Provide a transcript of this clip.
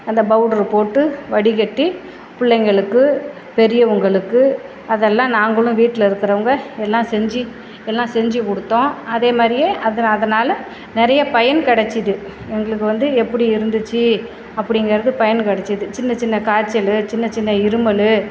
அந்த பவுட்ரு போட்டு வடிகட்டி பிள்ளைங்களுக்கு பெரியவங்களுக்கு அதெல்லாம் நாங்களும் வீட்டில் இருக்கிறவங்க எல்லாம் செஞ்சு எல்லாம் செஞ்சு கொடுத்தோம் அதேமாதிரியே அது அதனால் நிறைய பயன் கெடைச்சிது எங்களுக்கு வந்து எப்படி இருந்துச்சு அப்படிங்கறது பயன் கெடைச்சிது சின்ன சின்ன காய்ச்சலு சின்ன சின்ன இருமல்